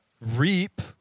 reap